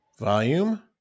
Volume